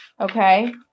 okay